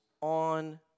on